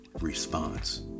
response